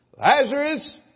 Lazarus